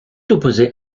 opposé